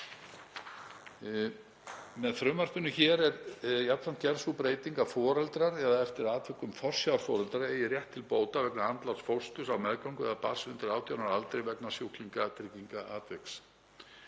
Með frumvarpinu hér er jafnframt gerð sú breyting að foreldrar, eða eftir atvikum forsjárforeldrar, eigi rétt til bóta vegna andláts fósturs á meðgöngu eða barns undir 18 ára aldri vegna sjúklingatryggingaatviks.